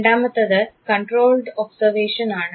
രണ്ടാമത്തേത് controlled observation ആണ്